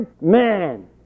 man